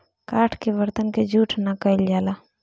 काठ के बरतन के जूठ ना कइल जाला